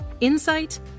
Insight